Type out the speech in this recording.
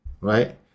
right